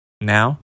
Now